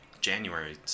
January